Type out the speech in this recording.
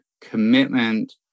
commitment